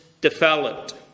developed